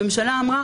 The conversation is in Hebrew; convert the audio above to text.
הממשלה אמרה,